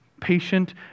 patient